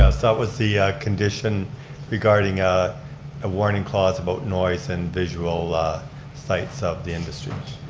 yes, that was the condition regarding ah a warning clause about noise and visual ah sites of the industry.